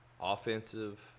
offensive